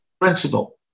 principle